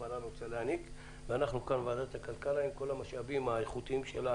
הפרה רוצה להיניק וועדת הכלכלה עם כל המשאבים האיכותיים שלה